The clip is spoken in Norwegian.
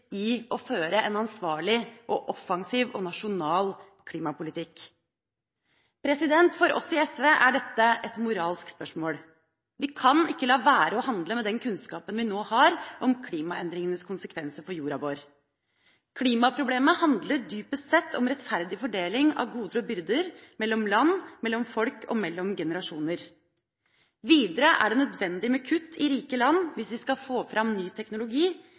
i å føre en ansvarlig, offensiv og nasjonal klimapolitikk? For oss i SV er dette et moralsk spørsmål. Vi kan ikke la være å handle med den kunnskapen vi nå har om klimaendringenes konsekvenser for jorda vår. Klimaproblemet handler dypest sett om rettferdig fordeling av goder og byrder – mellom land, mellom folk og mellom generasjoner. Videre er det nødvendig med kutt i rike land hvis vi skal få fram ny teknologi,